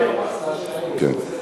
כן.